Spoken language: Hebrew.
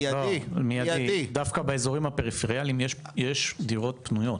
דווקא באזורים הפריפריאליים יש דירות פנויות.